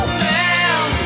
man